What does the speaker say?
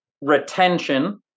retention